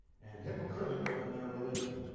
and hypocritical in their religion.